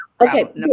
Okay